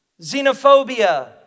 xenophobia